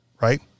right